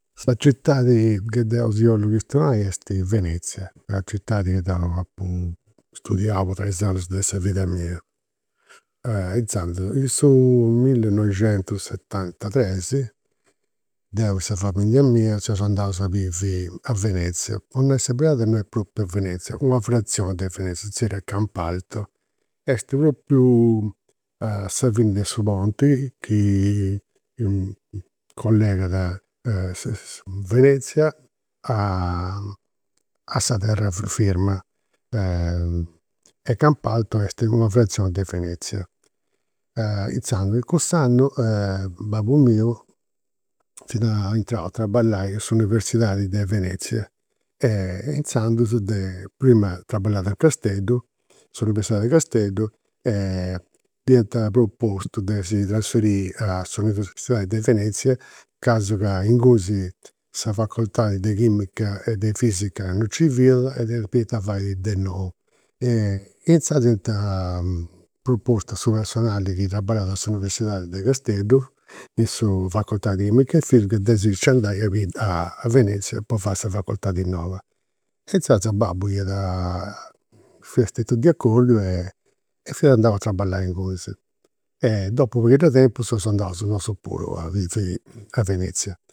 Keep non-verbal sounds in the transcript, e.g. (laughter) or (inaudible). Sa citadi chi deu si 'ollu chistionai est Venezia, sa citadi a ca deu apu studiau po tres annus de sa vida mia. Inzandus, in su millinoixentusetantatres, deu e sa familia mia seus andaus a bivi a Venezia. Po nai sa beridadi non est propriu a Venezia, una frazioni de Venezia, si zerriat Campalto. Est propriu a sa fini de su ponti chi (hesitation) collegat Venezia a (hesitation) a sa terra firma. E Campalto est una frazioni de Venezia. Inzandus in cuss'annu babbu miu fiat intrau a traballai in s'universidadi de Venezia. E inzandus de, prima traballat a Casteddu, a s'universidadi de Casteddu e dd'iant propostu de si trasferiri a s'universidadi de Venezia, casi ca ingunis sa facoltadi de chimica e de fisica non nci fiat e dda depiant fai de nou. Inzaras (unintelligible) propostu a su personali chi traballat a s'universidadi de Casteddu, in sa facoltadi de chimica e fisica de si nci andai (hesitation) a bivi (hesitation) a Venezia po fai sa facoltadi. (unintelligible) E inzaras babbu iat, fia stetiu diacordiu e fiat andau a traballai ingunis. Dopu una pariga 'e tempus seus andaus nosu puru a (hesitation) a Venezia.